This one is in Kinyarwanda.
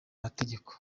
mategeko